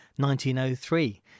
1903